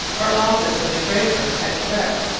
or office of the greffier, at quebec.